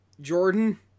Jordan